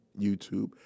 YouTube